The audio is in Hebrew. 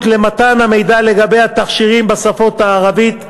למתן המידע לגבי התכשירים בשפות ערבית ורוסית.